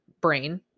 brain